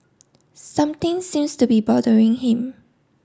something seems to be bothering him